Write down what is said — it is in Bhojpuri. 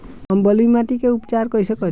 हम बलुइ माटी के उपचार कईसे करि?